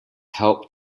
help